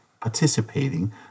participating